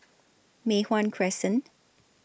Mei Hwan Crescent